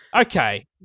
Okay